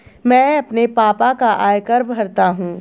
मैं अपने पापा का आयकर भरता हूं